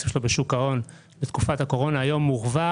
שלו בשוק ההון בתקופת הקורונה היום מורווח,